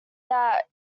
that